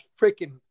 freaking